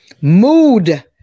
Mood